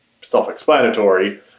self-explanatory